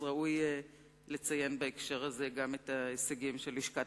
אז ראוי לציין בהקשר זה גם את ההישגים של לשכת